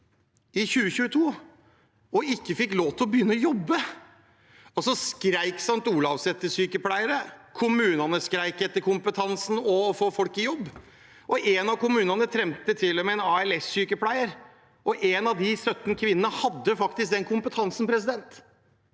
i 2022 og ikke fikk lov til å begynne å jobbe. St. Olavs hospital skrek etter sykepleiere, og kommunene skrek etter kompetansen og å få folk i jobb. En av kommunene trengte til og med en ALS-sykepleier, og en av de 17 kvinnene hadde faktisk den kompetansen, og så